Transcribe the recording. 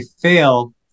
fail